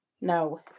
No